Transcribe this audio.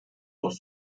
lotto